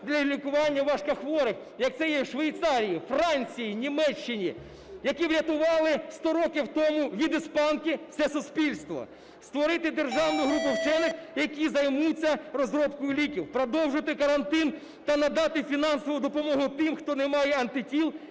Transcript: для лікування важкохворих, як це є у Швейцарії, Франції, Німеччині, які врятували сто років тому від "іспанки" все суспільство; створити державну групу вчених, які займуться розробкою ліків; продовжити карантин та надати фінансову допомогу тим, хто не має антитіл,